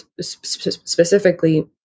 specifically